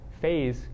phase